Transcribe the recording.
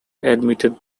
admitted